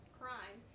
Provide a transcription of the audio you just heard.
crime